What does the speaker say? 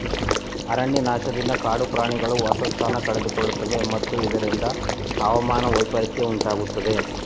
ಅರಣ್ಯನಾಶದಿಂದ ಕಾಡು ಪ್ರಾಣಿಗಳು ವಾಸಸ್ಥಾನ ಕಳೆದುಕೊಳ್ಳುತ್ತವೆ ಮತ್ತು ಇದರಿಂದ ಹವಾಮಾನ ವೈಪರಿತ್ಯ ಉಂಟಾಗುತ್ತದೆ